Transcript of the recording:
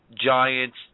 Giants